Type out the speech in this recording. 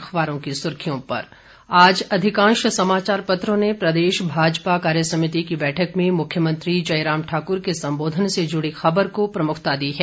अखबारों की सुर्खियों पर आज अधिकांश समाचार पत्रों ने प्रदेश भाजपा कार्यसमिति की बैठक में मुख्यमंत्री जयराम ठाकुर के संबोधन से जुड़ी खबर को प्रमुखता दी है